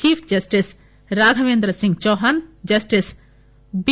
chief justice రాఘపేంద్రసింగ్ Chauhan justice B